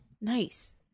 Nice